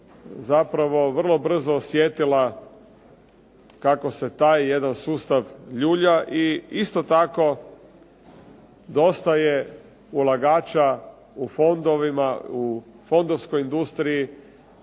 zapravo vrlo brzo osjetila kako se taj jedan sustav ljulja i isto tako dosta je ulagača u fondovima, u fondovskoj industriji